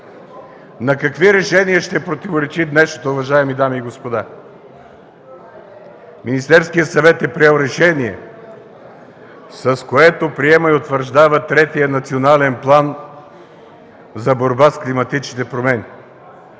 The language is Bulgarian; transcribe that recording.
На какви решения ще противоречи днешното решение, уважаеми дами и господа? Министерският съвет е приел решение, с което приема и утвърждава третия Национален план за борба с климатичните промени.